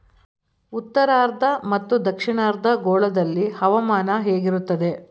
ಉತ್ತರಾರ್ಧ ಮತ್ತು ದಕ್ಷಿಣಾರ್ಧ ಗೋಳದಲ್ಲಿ ಹವಾಮಾನ ಹೇಗಿರುತ್ತದೆ?